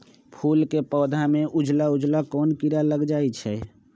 फूल के पौधा में उजला उजला कोन किरा लग जई छइ?